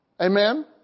Amen